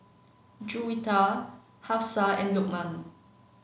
Juwita Hafsa and Lukman